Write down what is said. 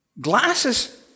Glasses